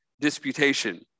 disputation